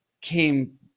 came